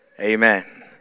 Amen